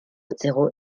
zéro